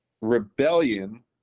rebellion